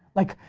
like,